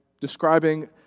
describing